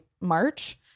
March